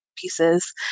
pieces